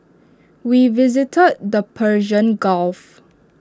we visited the Persian gulf